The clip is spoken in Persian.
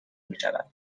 میشود